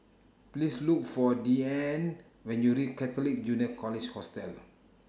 Please Look For Deeann when YOU REACH Catholic Junior College Hostel